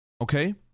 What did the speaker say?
Okay